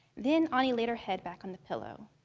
then anie laid her head back on the pillow,